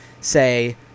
say